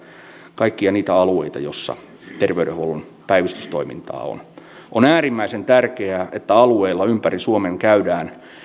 kaikkia niitä alueita joilla terveydenhuollon päivystystoimintaa on on äärimmäisen tärkeää että alueilla ympäri suomen käydään